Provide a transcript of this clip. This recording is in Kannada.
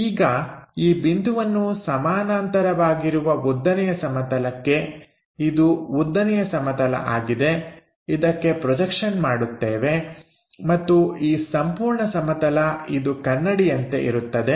ಈಗ ಈ ಬಿಂದುವನ್ನು ಸಮಾನಾಂತರವಾಗಿರುವ ಉದ್ದನೆಯ ಸಮತಲಕ್ಕೆ ಇದು ಉದ್ದನೆಯ ಸಮತಲ ಆಗಿದೆ ಇದಕ್ಕೆ ಪ್ರೊಜೆಕ್ಷನ್ ಮಾಡುತ್ತೇವೆ ಮತ್ತು ಈ ಸಂಪೂರ್ಣ ಸಮತಲ ಇದು ಕನ್ನಡಿಯಂತೆ ಇರುತ್ತದೆ